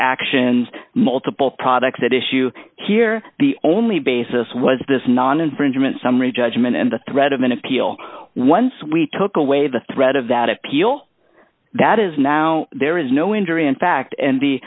actions multiple products that issue here the only basis was this non infringement summary judgment and the threat of an appeal once we took away the threat of that appeal that is now there is no injury in fact and the